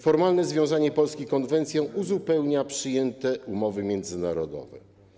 Formalne związanie Polski konwencją uzupełnia przyjęte umowy międzynarodowe.